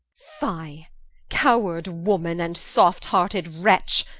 fye coward woman, and soft harted wretch,